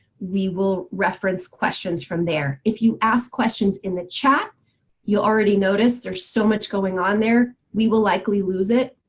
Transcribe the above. we will reference questions from there. if you ask questions in the chat you already noticed there's so much going on there we will likely lose it.